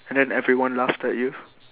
and then everyone laughed at you